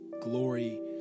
glory